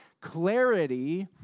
Clarity